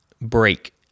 break